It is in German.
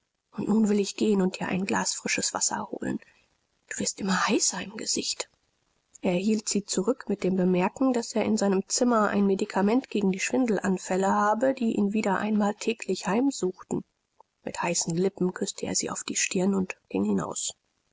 und nun will ich gehen und dir ein glas frischen wassers holen du wirst immer heißer im gesicht er hielt sie zurück mit dem bemerken daß er in seinem zimmer ein medikament gegen die schwindelanfälle habe die ihn wieder einmal täglich heimsuchten mit heißen lippen küßte er sie auf die stirn und ging hinaus